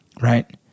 right